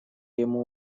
ему